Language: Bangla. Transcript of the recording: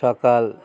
সকাল